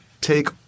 take